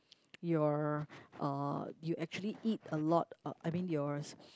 your uh you actually eat a lot I mean yours